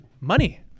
money